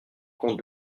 compte